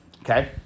Okay